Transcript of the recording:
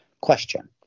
question